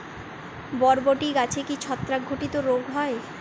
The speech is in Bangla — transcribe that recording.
বরবটি গাছে কি ছত্রাক ঘটিত রোগ হয়?